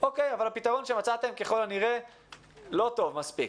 שמצאתם לא טוב מספיק.